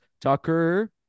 Tucker